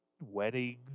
wedding